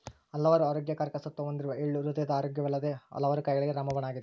ಹಲವಾರು ಆರೋಗ್ಯಕರ ಸತ್ವ ಹೊಂದಿರುವ ಎಳ್ಳು ಹೃದಯದ ಆರೋಗ್ಯವಲ್ಲದೆ ಹಲವಾರು ಕಾಯಿಲೆಗಳಿಗೆ ರಾಮಬಾಣ ಆಗಿದೆ